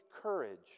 courage